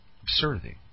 absurdity